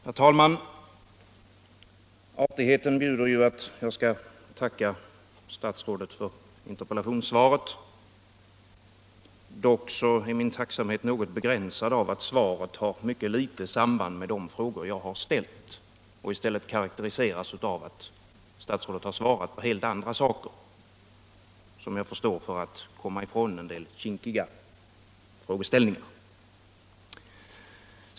Herr talman! Artigheten bjuder ju att jag skall tacka statsrådet för interpellationssvaret. Dock är min tacksamhet något begränsad av att svaret har mycket litet samband med de frågor jag har ställt och i stället karakteriseras av att statsrådet har svarat på helt andra saker — som jag förstår för att komma ifrån en del kinkiga frågeställningar.